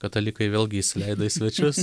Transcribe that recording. katalikai vėlgi įsileido į svečius